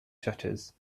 shutters